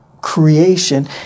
creation